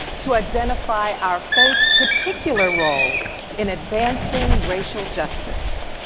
to identify our faith's particular role in advancing racial justice.